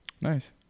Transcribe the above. Nice